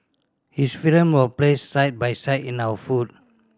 his film was placed side by side in our food